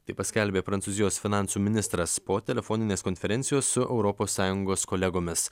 tai paskelbė prancūzijos finansų ministras po telefoninės konferencijos su europos sąjungos kolegomis